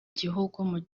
gihugu